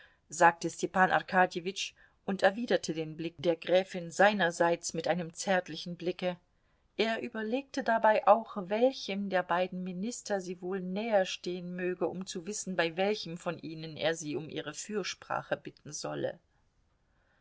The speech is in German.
sagte stepan arkadjewitsch und erwiderte den blick der gräfin seinerseits mit einem zärtlichen blicke er überlegte dabei auch welchem der beiden minister sie wohl näherstehen möge um zu wissen bei welchem von ihnen er sie um ihre fürsprache bitten solle